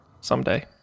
Someday